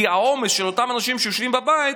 כי העומס של אותם אנשים שיושבים בבית,